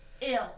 ill